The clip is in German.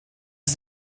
ist